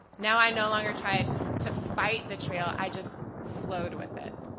now i no longer tried to fight the trail, i just flowed with it.